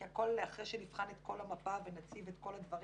כי הכול אחרי שנבחן את כל המפה ונציב את כל הדברים,